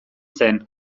zen